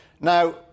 Now